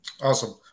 Awesome